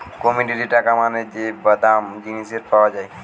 commodity টাকা মানে যে দাম জিনিসের পাওয়া যায়